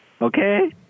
okay